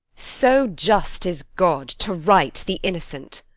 so just is god, to right the innocent.